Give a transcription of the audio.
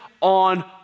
on